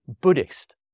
Buddhist